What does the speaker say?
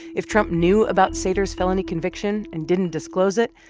if trump knew about sater's felony conviction and didn't disclose it,